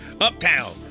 uptown